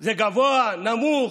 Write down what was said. זה גבוה, נמוך?